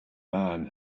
man